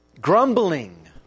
Grumbling